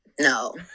no